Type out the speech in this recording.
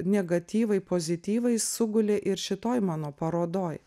negatyvai pozityvai sugulė ir šitoj mano parodoj